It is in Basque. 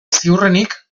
ziurrenik